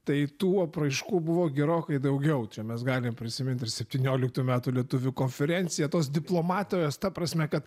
tai tų apraiškų buvo gerokai daugiau čia mes galim prisimint ir septynioliktų metų lietuvių konferenciją tos diplomatijos ta prasme kad